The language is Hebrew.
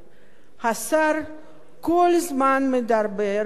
השר כל הזמן מדבר על 2,500